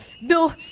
No